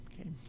okay